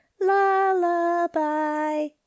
lullaby